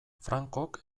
francok